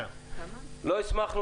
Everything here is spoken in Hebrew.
אנחנו לא נוגעים